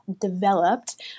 developed